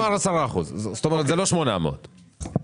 800 שקלים.